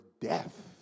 death